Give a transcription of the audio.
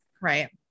Right